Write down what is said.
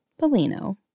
Polino